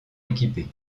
équipée